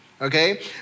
okay